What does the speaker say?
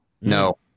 No